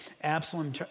Absalom